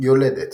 יולדת